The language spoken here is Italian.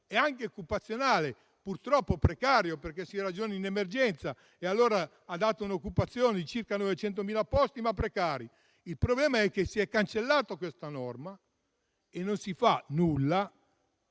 di vista occupazionale, anche se purtroppo precario, perché si ragiona in emergenza: ha dato un'occupazione di circa 900.000 posti, ma precari. Il problema è che si è cancellata questa norma e non si fa nulla